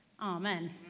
Amen